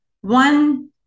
one